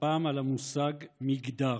והפעם על המושג "מגדר".